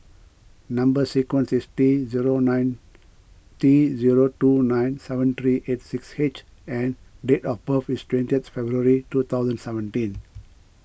Number Sequence is T zero nine T zero two nine seven three eight six H and date of birth is twentieth February two thousand seventeen